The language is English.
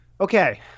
Okay